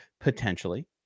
potentially